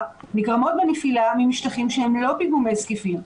נגרמות מנפילה ממשטחים שהם לא פיגומי זקיפים.